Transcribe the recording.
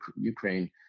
ukraine